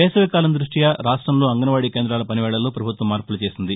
వేసవి కాలం దృష్ట్య రాష్ట్రంలో అంగన్వాడీ కేంద్రాల పనివేళల్లో పభుత్వం మార్పులు చేసింది